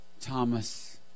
Thomas